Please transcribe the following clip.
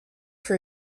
for